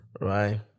right